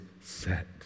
set